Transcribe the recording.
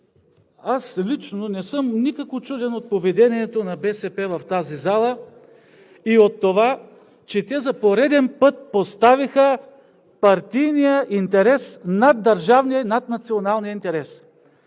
Аз лично не съм никак учуден от поведението на БСП в тази зала и от това, че те за пореден път поставиха партийния интерес над държавния и над националния интерес.